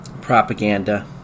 propaganda